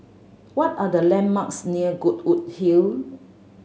what are the landmarks near Goodwood Hill